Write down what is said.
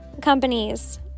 companies